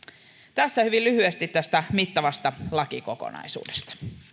tässä hyvin lyhyesti tästä mittavasta lakikokonaisuudesta